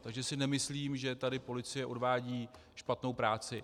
Takže si nemyslím, že tady policie odvádí špatnou práci.